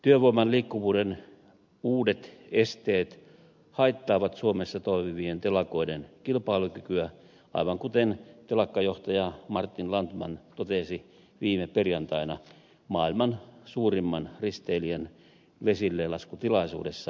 työvoiman liikkuvuuden uudet esteet haittaavat suomessa toimivien telakoiden kilpailukykyä aivan kuten telakkajohtaja martin landtman totesi viime perjantaina maailman suurimman risteilijän vesillelaskutilaisuudessa turussa